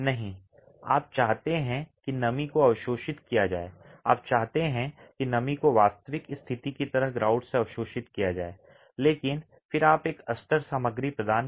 नहीं आप चाहते हैं कि नमी को अवशोषित किया जाए आप चाहते हैं कि नमी को वास्तविक स्थिति की तरह ग्राउट से अवशोषित किया जाए लेकिन फिर आप एक अस्तर सामग्री प्रदान करते हैं